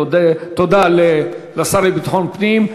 תודה לשר לביטחון פנים.